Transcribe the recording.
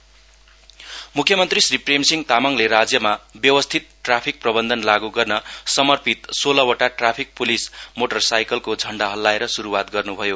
CM flag off मुख्यमन्त्री श्री प्रेमसिंह तामाङले राज्यमा व्यवस्थित ट्राफिक प्रबन्धन लागू गर्न समर्पित सोह्रवटा ट्राफिक पुलिस मोटर साइकलको झण्डा हल्लाएर शुरूवात गर्नु भयो